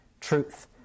truth